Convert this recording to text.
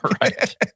Right